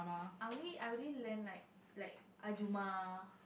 I only I only learn like like ajumma